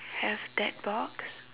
have that box